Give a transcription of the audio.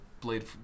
Blade